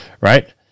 right